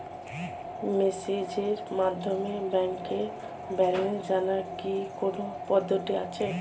মেসেজের মাধ্যমে ব্যাংকের ব্যালেন্স জানার কি কোন পদ্ধতি আছে?